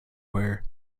wear